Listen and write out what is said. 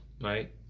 right